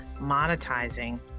monetizing